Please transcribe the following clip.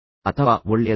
ಅಥವಾ ಒಳ್ಳೆಯ ದಿನ